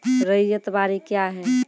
रैयत बाड़ी क्या हैं?